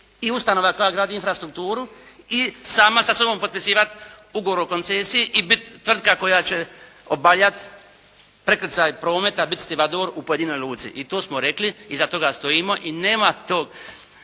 i ustanova koja gradi infrastrukturu i sama sa sobom potpisivati ugovor o koncesiji i biti tvrtka koja će obavljati prekrcaj prometa, biti stivador u pojedinoj luci. I to smo rekli, iza toga stojimo i nema tog